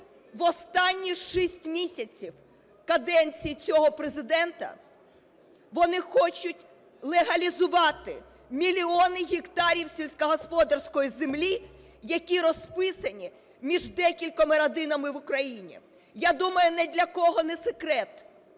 в останні 6 місяців каденції цього Президента вони хочуть легалізувати мільйони гектарів сільськогосподарської землі, які розписані між декількома родинами в Україні - я думаю ні для кого не секрет,